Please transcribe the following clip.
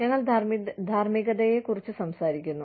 ഞങ്ങൾ ധാർമ്മികതയെക്കുറിച്ച് സംസാരിക്കുന്നു